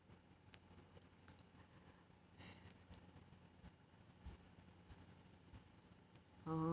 oh